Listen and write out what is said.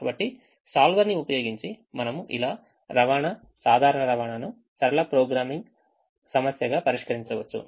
కాబట్టి solver ని ఉపయోగించి మనం ఇలా రవాణా సాధారణ రవాణాను సరళ ప్రోగ్రామింగ్ సమస్య గా పరిష్కరించవచ్చు